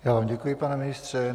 Já vám děkuji, pane ministře.